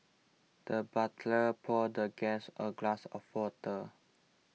the butler poured the guest a glass of water